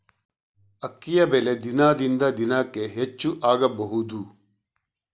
ಅಕ್ಕಿಯ ಬೆಲೆ ದಿನದಿಂದ ದಿನಕೆ ಹೆಚ್ಚು ಆಗಬಹುದು?